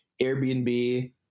Airbnb